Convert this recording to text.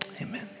Amen